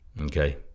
Okay